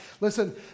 Listen